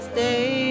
Stay